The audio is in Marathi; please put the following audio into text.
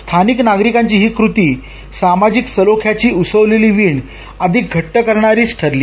स्थानिक नागरिकांची ही कृती सामाजिक सलोख्याची उसवलेली वीण अधिक घट्ट करणारीच ठरली